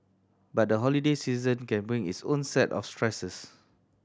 but the holiday season can bring its own set of stresses